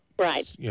Right